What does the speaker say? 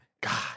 God